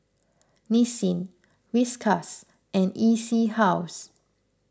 Nissin Whiskas and E C House